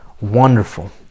wonderful